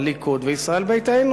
הליכוד וישראל ביתנו.